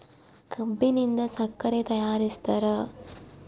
ಕಬ್ಬಿನಿಂದ ಸಕ್ಕರೆ ತಯಾರಿಸ್ತಾರ